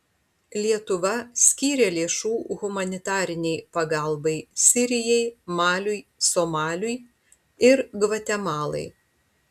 lietuva skyrė lėšų humanitarinei pagalbai sirijai maliui somaliui ir gvatemalai